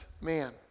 man